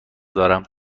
دارم